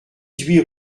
huit